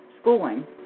schooling